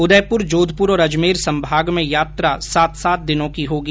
उदयपुर जोधपुर और अजमेर संभाग में यात्रा सात सात दिनों की होगी